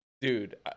Dude